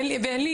ואין לי